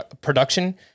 production